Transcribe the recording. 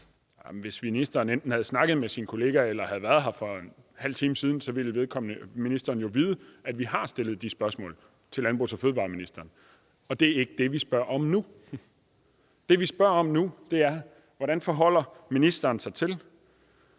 hvis ministeren enten havde snakket med sin kollega eller havde været her for en halv time siden, ville ministeren jo vide, at vi har stillet de spørgsmål til miljø- og fødevareministeren, og det er ikke det, vi spørger om nu. Hvis vi skal indkapsle det, vi spørger om nu, så er